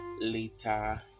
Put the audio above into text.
later